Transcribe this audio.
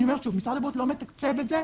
שוב, משרד הבריאות לא מתקצב את זה.